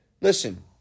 listen